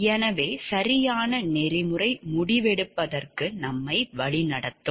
எனவே சரியான நெறிமுறை முடிவெடுப்பதற்கு நம்மை வழிநடத்தும்